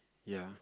ya